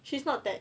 she's not that